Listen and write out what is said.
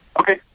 Okay